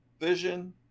vision